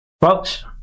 Folks